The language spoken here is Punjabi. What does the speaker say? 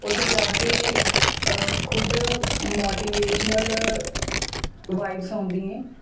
ਉੱਥੇ ਜਾ ਕੇ ਖੁਦ ਮੋਟੀਵੇਸ਼ਨਲ ਵਾਈਬਸ ਆਉਂਦੀਆਂ